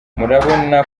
murabona